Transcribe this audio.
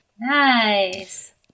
Nice